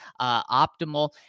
optimal